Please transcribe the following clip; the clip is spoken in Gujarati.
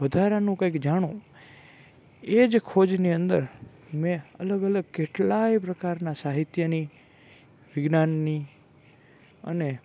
વધારાનું કંઇક જાણું એજ ખોજની અંદર મેં અલગ અલગ કેટલાય પ્રકારનાં સાહિત્યની વિજ્ઞાનની અને